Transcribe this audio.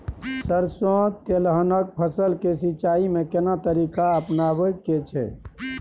सरसो तेलहनक फसल के सिंचाई में केना तरीका अपनाबे के छै?